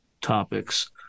topics